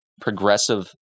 progressive